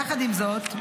יחד עם זאת,